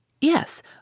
Yes